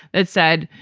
that said,